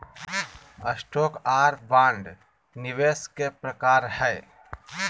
stock आर bond निवेश के प्रकार हय